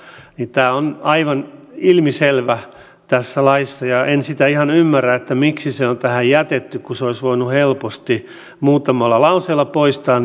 tämä on aivan ilmiselvä tässä laissa ja en sitä ihan ymmärrä että miksi se on tähän jätetty kun sen olisi voinut helposti muutamalla lauseella poistaa